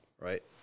right